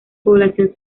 población